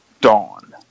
dawn